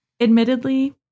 Admittedly